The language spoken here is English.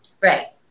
Right